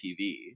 TV